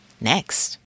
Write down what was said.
next